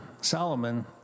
Solomon